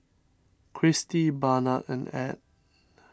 Cristi Barnard and Add